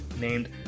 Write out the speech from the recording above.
named